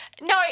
no